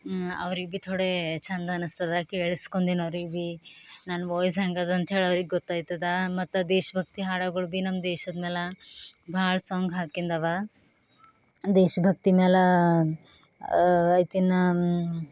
ಅವ್ರಿಗೆ ಭಿ ಥೋಡೆ ಚಂದ ಅನ್ನಿಸ್ತದ ಕೇಳಿಸ್ಕೊಂದಿನವ್ರಿಗೆ ಭಿ ನನ್ನ ವಾಯ್ಸ್ ಹೇಗದ ಅಂತ ಹೇಳಿ ಅವ್ರಿಗೆ ಗೊತ್ತಾಯ್ತದೆ ಮತ್ತು ದೇಶಭಕ್ತಿ ಹಾಡುಗಳ್ ಭಿ ನಮ್ಮ ದೇಶದ ಮೇಲೆ ಭಾಳ ಸಾಂಗ್ ಹಾಕಿದ್ದಾವ ದೇಶಭಕ್ತಿ ಮ್ಯಾಲೆ ಆಯ್ತಿನ್ನ